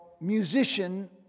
musician